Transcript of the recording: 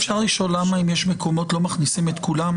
אפשר לשאול למה אם יש מקומות לא מכניסים את כולם?